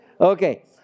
Okay